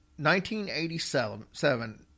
1987